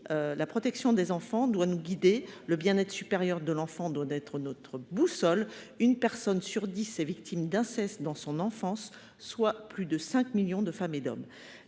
la protection des enfants doit nous guider ; le bien être supérieur de l’enfant doit être notre boussole. Un Français sur dix a été victime d’inceste durant son enfance, soit plus de 5 millions de femmes et d’hommes.